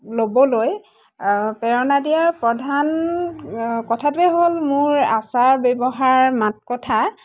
ল'বলৈ প্ৰেৰণা দিয়াৰ প্ৰধান কথাটোৱে হ'ল মোৰ আচাৰ ব্যৱহাৰ মাত কথা